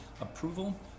approval